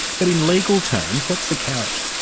but in legal terms, what's the carrot?